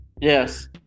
Yes